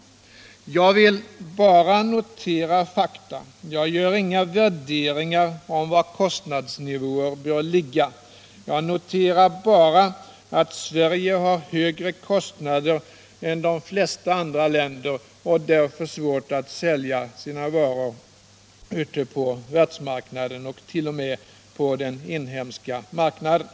Jag vill bara notera fakta. Jag gör inga värderingar om var kostnadsnivån bör ligga, jag noterar bara att Sverige har högre kostnader än de flesta andra länder och därför har svårt att sälja sina varor ute på världsmarknaden och t.o.m. på den inhemska marknaden.